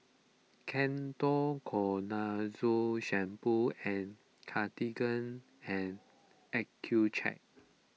Ketoconazole Shampoo and Cartigain and Accucheck